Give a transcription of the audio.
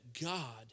God